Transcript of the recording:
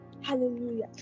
Hallelujah